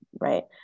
right